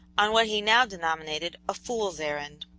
on what he now denominated a fool's errand.